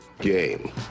Game